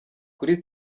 kuri